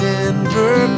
Denver